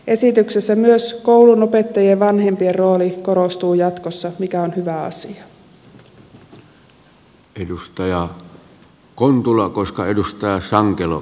esityksessä myös koulun opettajien ja vanhempien rooli korostuu jatkossa mikä on hyvä asia